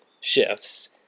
shifts